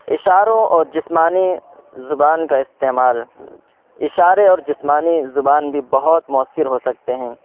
اشاروں اور جسمانی زبان کا استعمال اشارے اور جسمانی زبان بھی بہت مؤثر ہو سکتے ہیں